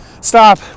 Stop